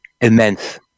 immense